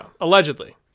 Allegedly